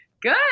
Good